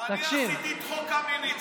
אני עשיתי את חוק קמיניץ.